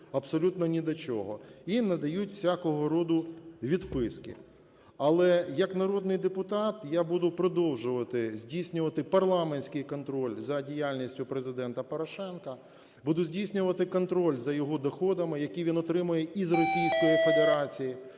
абсолютно ні до чого, і надають всякого роду відписки. Але як народний депутат я буду продовжувати здійснювати парламентський контроль за діяльністю Президента Порошенка. Буду здійснювати контроль за його доходами, які він отримує із Російської Федерації,